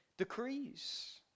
decrees